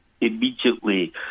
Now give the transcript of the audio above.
immediately